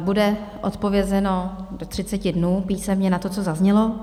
Bude odpovězeno do 30 dnů písemně na to, co zaznělo.